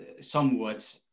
somewhat